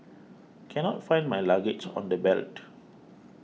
cannot find my luggage on the belt